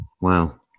Wow